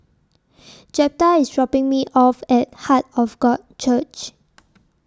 Jeptha IS dropping Me off At Heart of God Church